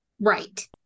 Right